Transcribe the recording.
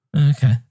Okay